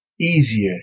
easier